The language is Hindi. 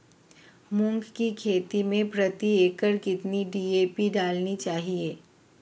मूंग की खेती में प्रति एकड़ कितनी डी.ए.पी डालनी चाहिए?